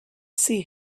see